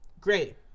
great